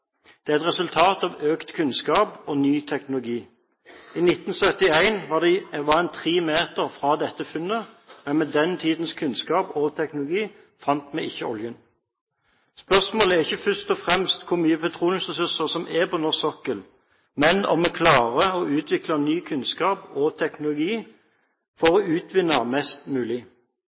Det er heller ikke flaks. Det er et resultat av økt kunnskap og ny teknologi. I 1971 var en tre meter fra dette funnet, men med den tidens kunnskap og teknologi fant vi ikke oljen. Spørsmålet er ikke først og fremst hvor mye petroleumsressurser som er på norsk sokkel, men om vi klarer å utvikle ny kunnskap og teknologi for å utvinne mest mulig.